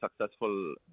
successful